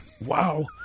Wow